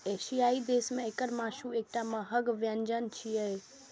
एशियाई देश मे एकर मासु एकटा महग व्यंजन छियै